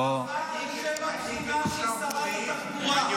ענבה, על שם התכונה של שרת התחבורה.